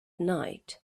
night